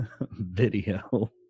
video